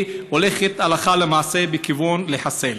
היא הולכת הלכה למעשה בכיוון לחסל.